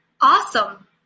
Awesome